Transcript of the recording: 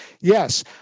Yes